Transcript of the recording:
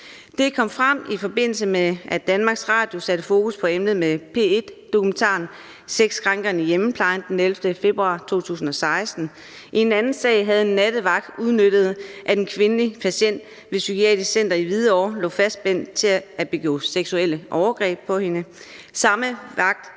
Det kom frem i forbindelse med, at Danmarks Radio satte fokus på emnet med P1-dokumentaren »Sexkrænkeren i hjemmeplejen« den 11. februar 2016. I en anden sag havde en nattevagt udnyttet, at en kvindelig patient ved Psykiatrisk Center i Hvidovre lå fastspændt, til at begå seksuelle overgreb på hende. Samme vagt